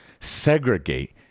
segregate